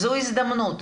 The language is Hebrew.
זו הזדמנות,